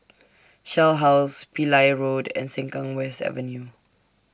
Shell House Pillai Road and Sengkang West Avenue